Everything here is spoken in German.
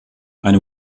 eine